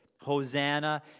Hosanna